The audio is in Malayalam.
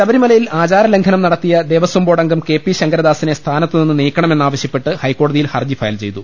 ശബരിമലയിൽ ആചാരലംഘനം നടത്തിയ ദേവസ്വം ബോർഡംഗം കെ പി ശങ്കരദാസിനെ സ്ഥാനത്തു നിന്ന് നീക്ക ണമെന്നാവശ്യപ്പെട്ട് ഹൈക്കോടതിയിൽ ഹർജി ഫയൽ ചെയ്തു